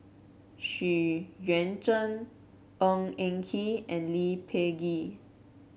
Xu Yuan Zhen Ng Eng Kee and Lee Peh Gee